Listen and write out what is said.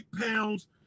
pounds